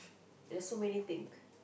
there's so many think